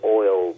oil